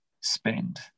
spend